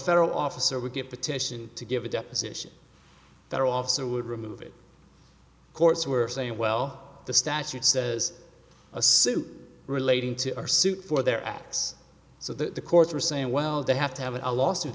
federal officer would get petition to give a deposition that officer would remove it courts were saying well the statute says a suit relating to our suit for their acts so that the courts are saying well they have to have a lawsuit